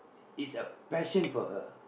is a passion for her